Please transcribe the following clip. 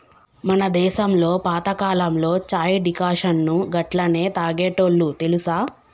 మన దేసంలో పాతకాలంలో చాయ్ డికాషన్ను గట్లనే తాగేటోల్లు తెలుసా